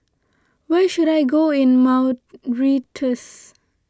where should I go in Mauritius